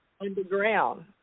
Underground